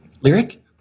Lyric